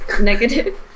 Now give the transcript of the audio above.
negative